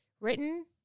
written